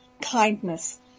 kindness